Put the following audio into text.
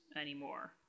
anymore